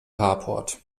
carport